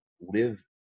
live